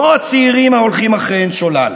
לא הצעירים ההולכים אחריהן שולל.